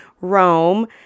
Rome